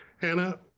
Hannah